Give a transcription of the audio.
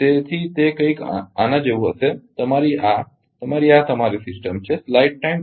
તેથી તે કંઈક આના જેવું હશે કે આ તમારી આ તમારી સિસ્ટમ છે